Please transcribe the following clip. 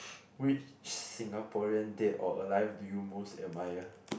which Singaporean dead or alive do you most admire